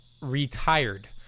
Retired